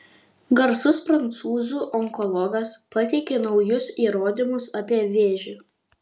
garsus prancūzų onkologas pateikia naujus įrodymus apie vėžį